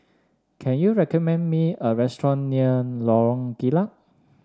can you recommend me a restaurant near Lorong Kilat